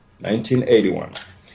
1981